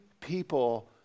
people